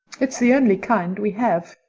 it's the only kind we have.